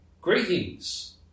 Greetings